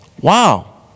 Wow